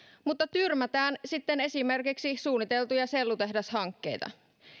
mutta tyrmätään sitten esimerkiksi suunniteltuja sellutehdashankkeita